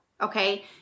okay